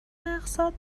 اقساط